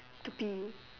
to pee